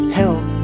help